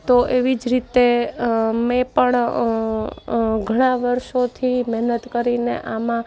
તો એવી જ રીતે મેં પણ ઘણા વર્ષોથી મહેનત કરીને આમાં